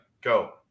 go